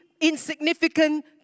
insignificant